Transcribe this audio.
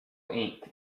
ink